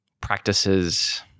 practices